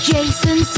Jason